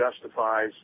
justifies